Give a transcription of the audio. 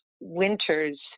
winters